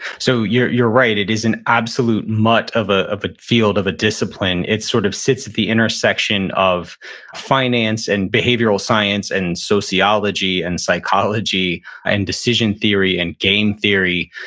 so you're you're right. it is an absolute mutt of a field, of ah field, of a discipline. it sort of sits at the intersection of finance and behavioral science and sociology and psychology ah and decision theory and game theory.